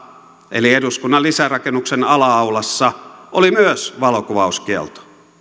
eli eduskunnan lisärakennuksen ala aulassa oli myös valokuvauskielto